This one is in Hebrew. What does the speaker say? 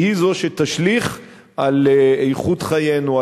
כי היא זו שתשליך על איכות חיינו,